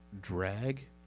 drag